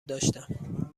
داشتم